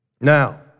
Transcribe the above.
Now